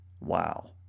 Wow